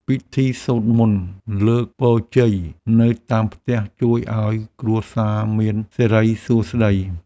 ពិធីសូត្រមន្តលើកពរជ័យនៅតាមផ្ទះជួយឱ្យគ្រួសារមានសិរីសួស្តី។